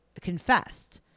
confessed